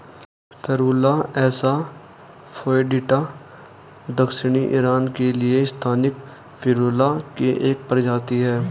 Ferula asa foetida दक्षिणी Iran के लिए स्थानिक फेरुला की एक प्रजाति है